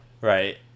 Right